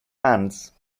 hands